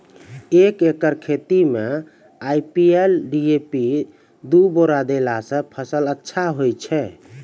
एक एकरऽ खेती मे आई.पी.एल डी.ए.पी दु बोरा देला से फ़सल अच्छा होय छै?